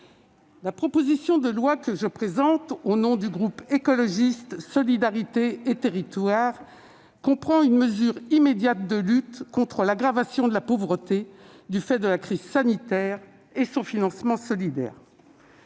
la proposition de loi que je présente au nom du groupe Écologiste - Solidarité et Territoires comprend une mesure immédiate de lutte contre l'aggravation de la pauvreté résultant de la crise sanitaire, ainsi que son financement solidaire.